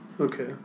Okay